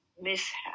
mishap